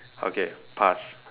okay pass